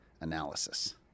analysis